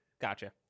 Gotcha